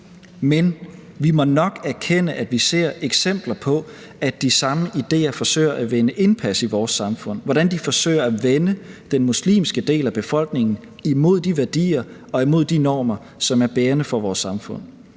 men vi må nok erkende, at vi ser eksempler på, at de samme idéer forsøger at vinde indpas i vores samfund, og hvordan de forsøger at vende den muslimske del af befolkningen imod de værdier og imod de normer, som er bærende for vores samfund.